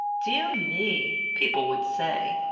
dear me! people would say,